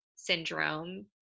syndrome